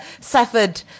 suffered